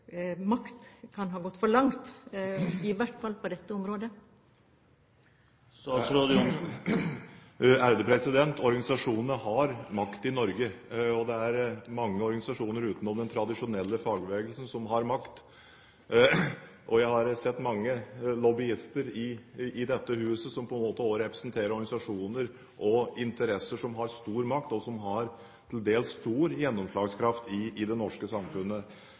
makt kan ha gått for langt, i hvert fall på dette området? Organisasjonene har makt i Norge, og det er mange organisasjoner utenom den tradisjonelle fagbevegelsen som har makt. Jeg har sett mange lobbyister i dette huset som også representerer organisasjoner og interesser som har stor makt, og som har til dels stor gjennomslagskraft i det norske samfunnet.